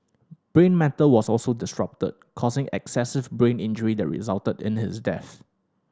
brain matter was also disrupted causing excessive brain injury that resulted in his death